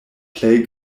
plej